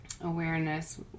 awareness